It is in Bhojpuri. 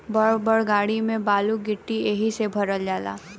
बड़ बड़ गाड़ी में बालू गिट्टी एहि से भरल जाला